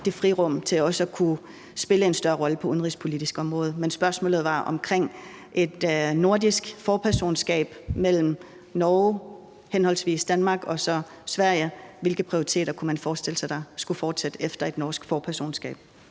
det frirum til også at kunne spille en større rolle på det udenrigspolitiske område. Men spørgsmålet var omkring et nordisk forpersonskab mellem Norge, henholdsvis Danmark og så Sverige. Hvilke prioriteter kunne man forestille sig skulle fortsætte efter et norsk forpersonskab?